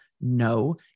No